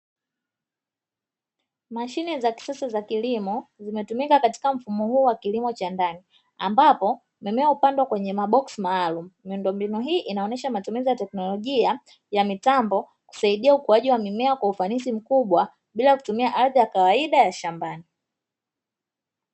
Mashine za kisasa za kilimo zimetumika katika mfumo huo wa kilimo cha ndani, ambapo mimea hupandwa kwenye maboksi maalumu . Miundombinu hii inaonyesha matumizi ya teknolojia ya mitambo kusaidia ukuaji wa mimea kwa ufanisi mkubwa bila kutumia ardhi ya kawaida ya shambani.